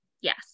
Yes